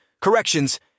Corrections